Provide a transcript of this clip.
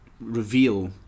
reveal